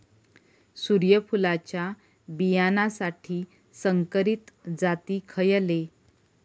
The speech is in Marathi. सूर्यफुलाच्या बियानासाठी संकरित जाती खयले?